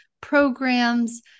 programs